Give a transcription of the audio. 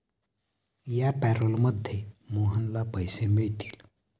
या पॅरोलमध्ये मोहनला पैसे मिळतील